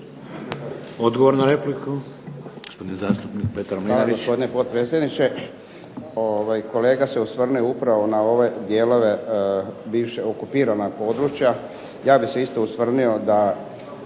Odgovor na repliku,